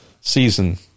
season